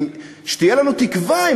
שתהיה לנו תקווה,